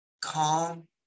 calm